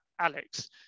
Alex